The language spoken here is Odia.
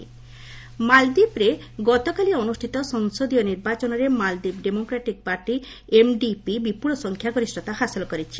ମାଲଦ୍ୱୀପ ଇଲେକ୍ସନ୍ ମାଳଦୀପରେ ଗତକାଲି ଅନୁଷ୍ଠିତ ସଂସଦୀୟ ନିର୍ବାଚନରେ ମାଲ୍ଦ୍ୱୀପ ଡେମୋକ୍ରାଟିକ୍ ପାର୍ଟି ଏମ୍ଡିପି ବିପୁଳ ସଂଖ୍ୟାଗରିଷ୍ଠତା ହାସଲ କରିଛି